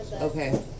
okay